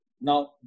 Now